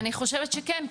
אני חושבת שכן,